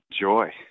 joy